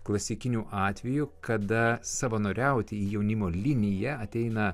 klasikinių atvejų kada savanoriauti į jaunimo liniją ateina